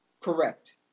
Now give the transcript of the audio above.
Correct